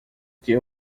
que